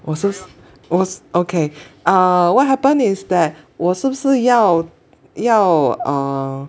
我是我 okay err what happen is that 我是不是要要 err